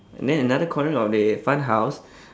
then another corner of the fun house